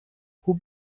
خوب